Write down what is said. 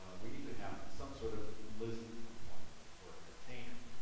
ah we need to have some sort of list component or a container.